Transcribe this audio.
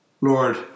Lord